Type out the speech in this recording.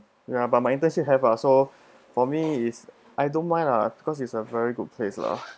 ya but my internship have lah so for me is I don't mind lah because it's a very good place lah